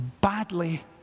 badly